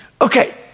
Okay